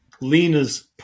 Lena's